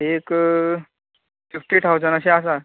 एक fifty thousand अशें आसा